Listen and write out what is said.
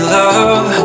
love